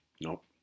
nope